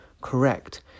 correct